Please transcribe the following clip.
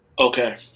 Okay